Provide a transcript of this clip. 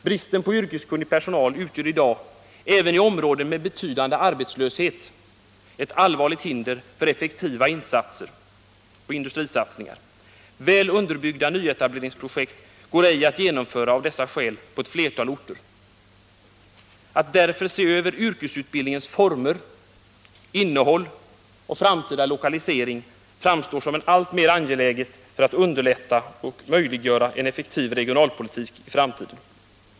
Bristen på yrkeskunnig personal utgör i dag — även i områden med betydande arbetslöshet — ett allvarligt hinder för effektiva industrisatsningar. Väl underbyggda nyetableringsprojekt går ej att genomföra av dessa skäl på ett flertal orter. Att därför se över yrkesutbildningens former, innehåll och framtida lokalisering framstår som alltmer angeläget för att underlätta och möjliggöra en effektiv regionalpolitik i framtiden.